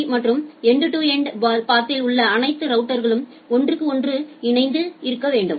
B டீமான் மற்றும் end to end பாத்இல் உள்ள அனைத்து ரவுட்டர்களும் ஒன்றுக்கொன்று ஒருங்கிணைக்க வேண்டும்